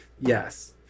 yes